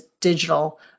digital